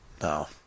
No